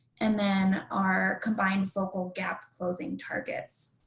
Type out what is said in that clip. and then our combined focal gap closing targets.